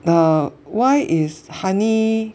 err why is honey